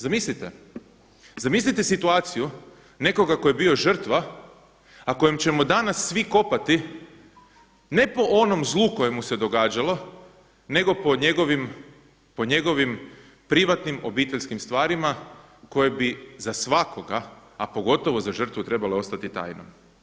Zamislite, zamislite situaciju nekoga tko je bio žrtva a kojem ćemo danas svi kopati ne po onom zlu koje mu se događalo, nego po njegovim privatnim obiteljskim stvarima koje bi za svakoga, a pogotovo za žrtvu trebalo ostati tajno.